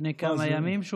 לפני כמה ימים,